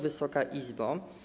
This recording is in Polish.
Wysoka Izbo!